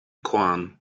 quan